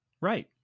Right